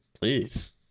Please